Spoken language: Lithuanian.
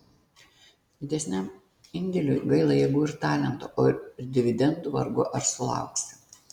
didesniam indėliui gaila jėgų ir talento o ir dividendų vargu ar sulauksi